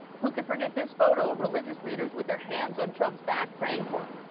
who could forget this photo of religious leaders with their hands on trump's back praying for him?